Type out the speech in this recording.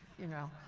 you know?